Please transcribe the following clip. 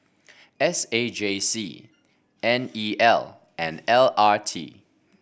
S A J C N E L and L R T